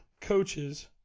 coaches